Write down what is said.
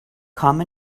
come